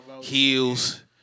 Heels